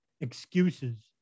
excuses